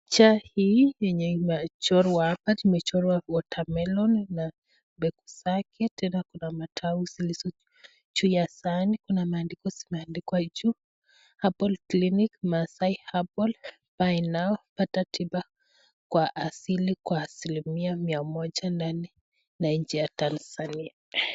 Picha hii imechorwa hapa, imechorwa water melon na mbegu zake tena kuna matawi. Juu ya sahani kuna maandiko zimendikwa juu herbal clinic maasai herbal buy now pata tiba kwa asilimia mia moja ndani na nje ya Tanzania.